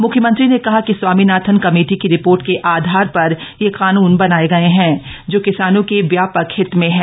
मूख्यमंत्री ने कहा कि स्वामीनाथन कमेटी की रि ोर्ट के आधार र यह कानून बनाये गये हैं जो किसानों के व्या क हित में हैं